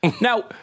Now